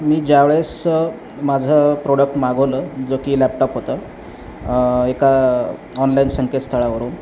मी ज्यावेळेस माझं प्रोडक्ट मागवलं जो की लॅपटॉप होतं एका ऑनलाईन संकेतस्थळावरून